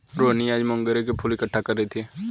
रोहिनी आज मोंगरे का फूल इकट्ठा कर रही थी